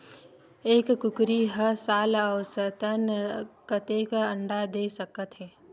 एक कुकरी हर साल औसतन कतेक अंडा दे सकत हे?